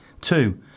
Two